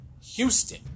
Houston